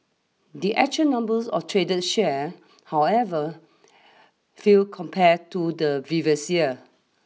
the actual numbers of traded share however feel compared to the previous year